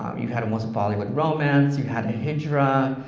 um you had almost bollywood romance, you had a hijra.